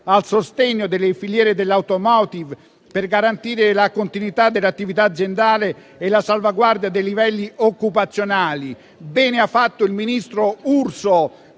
al sostegno delle filiere dell'*automotive,* per garantire la continuità dell'attività aziendale e la salvaguardia dei livelli occupazionali. Bene ha fatto il ministro Urso,